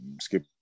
Skip